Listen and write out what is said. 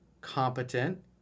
competent